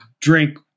drink